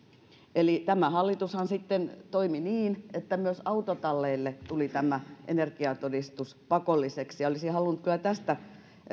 eli tämä hallitushan sitten toimi niin että myös autotalleille tuli tämä energiatodistus pakolliseksi olisin halunnut vielä tästä